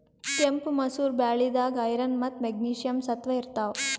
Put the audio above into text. ಕೆಂಪ್ ಮಸೂರ್ ಬ್ಯಾಳಿದಾಗ್ ಐರನ್ ಮತ್ತ್ ಮೆಗ್ನೀಷಿಯಂ ಸತ್ವ ಇರ್ತವ್